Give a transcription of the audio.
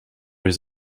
his